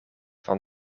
van